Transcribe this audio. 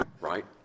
right